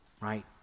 right